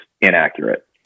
inaccurate